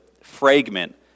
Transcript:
fragment